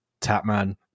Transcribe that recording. Tapman